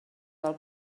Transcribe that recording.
del